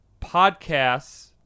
podcasts